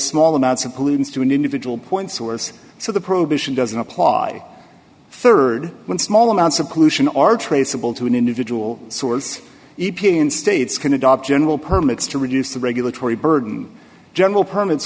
small amounts of pollutants to an individual point source so the prohibition doesn't apply rd when small amounts of pollution are traceable to an individual source e p a and states can adopt general permits to reduce the regulatory burden general permits